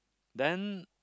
then